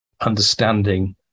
understanding